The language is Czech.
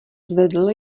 zvedl